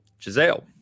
Giselle